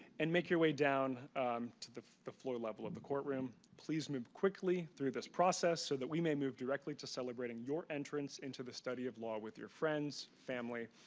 and make your way down to the the floor level of the courtroom. please move quickly through this process so that we may move directly to celebrating your entrance into the study of law with your friends, family,